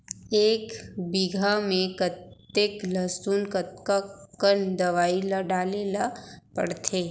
एक बीघा में कतेक लहसुन कतका कन दवई ल डाले ल पड़थे?